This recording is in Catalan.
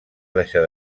deixar